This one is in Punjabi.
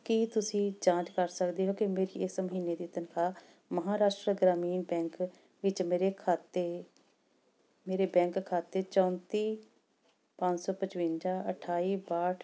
ਕੀ ਤੁਸੀਂ ਜਾਂਚ ਕਰ ਸਕਦੇ ਹੋ ਕਿ ਮੇਰੀ ਇਸ ਮਹੀਨੇ ਦੀ ਤਨਖਾਹ ਮਹਾਰਾਸ਼ਟਰਾ ਗ੍ਰਾਮੀਣ ਬੈਂਕ ਵਿੱਚ ਮੇਰੇ ਖਾਤੇ ਮੇਰੇ ਬੈਂਕ ਖਾਤੇ ਚੌਂਤੀ ਪੰਜ ਸੌ ਪਚਵੰਜਾ ਅਠਾਈ ਬਾਹਠ